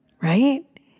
right